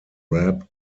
rap